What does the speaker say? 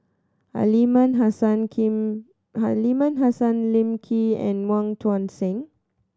Aliman Hassan Lee Aliman Hassan Lim Lee and Wong Tuang Seng